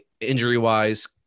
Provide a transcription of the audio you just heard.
injury-wise